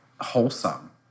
wholesome